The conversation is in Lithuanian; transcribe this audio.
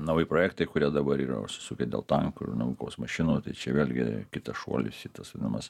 nauji projektai kurie dabar yra užsisukę dėl tankų ir naujų kovos mašinų čia vėlgi kitas šuolis į tas vanamas